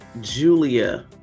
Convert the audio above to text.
Julia